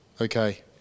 Okay